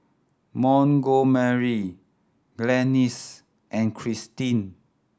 Montgomery Glennis and Krystin